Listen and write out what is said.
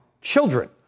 children